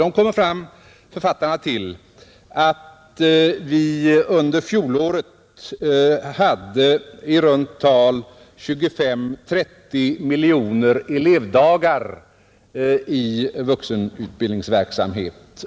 Författarna kommer fram till att vi under fjolåret hade i runt tal 25—30 miljoner elevdagar i vuxenutbildningsverksamhet.